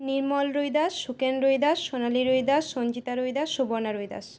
Nirmal Ruidas Sukhen Ruidas Sonali Ruidas Sanjita Ruidas Subarna Ruidas